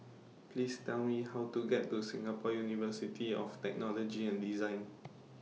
Please Tell Me How to get to Singapore University of Technology and Design